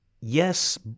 yes